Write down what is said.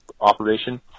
operation